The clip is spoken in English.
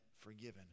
forgiven